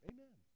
Amen